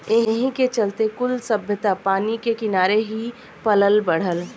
एही के चलते कुल सभ्यता पानी के किनारे ही पलल बढ़ल